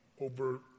over